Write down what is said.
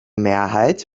mehrheit